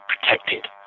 protected